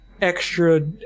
extra